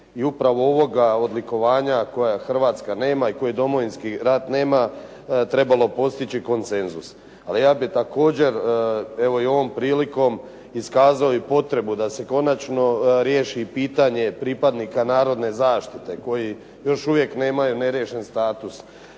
i upravo ovoga odlikovanja koje Hrvatska nema i koje Domovinski rat nema, trebalo postići konsenzus. Ali ja bih također, evo i ovom prilikom iskazao i potrebu da se konačno riješi pitanje pripadnika narodne zaštite koji još uvijek nemaju ne riješen status.